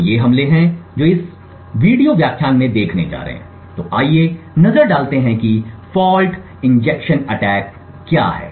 तो ये हमले हैं जो हम इस वीडियो व्याख्यान में देखने जा रहे हैं तो आइए नजर डालते हैं कि फॉल्ट इंजेक्शन अटैक क्या हैं